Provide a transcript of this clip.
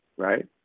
Right